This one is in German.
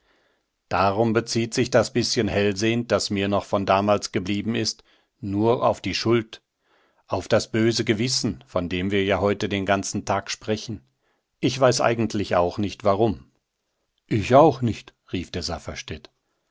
darum bezieht sich das bißchen hellsehen das mir noch von damals geblieben ist nur auf die schuld auf das böse gewissen von dem wir ja heute den ganzen tag sprechen ich weiß eigentlich auch nicht warum ich auch nicht rief der